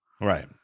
Right